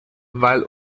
weil